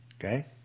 Okay